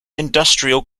industrial